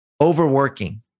Overworking